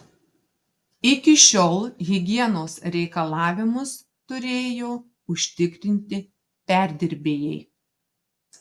iki šiol higienos reikalavimus turėjo užtikrinti perdirbėjai